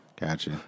Gotcha